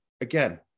Again